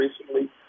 recently